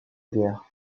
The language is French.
guerre